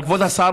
אבל כבוד השר,